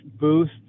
boost